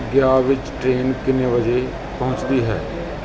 ਗਯਾ ਵਿੱਚ ਟ੍ਰੇਨ ਕਿੰਨੇ ਵਜੇ ਪਹੁੰਚਦੀ ਹੈ